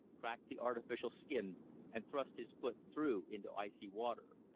cracked the artificial skin and thrust his foot through into icy water.